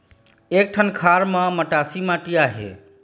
एक ठन खार म मटासी माटी आहे?